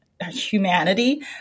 humanity